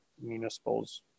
municipals